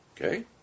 Okay